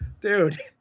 Dude